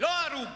לא ההרוג.